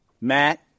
matt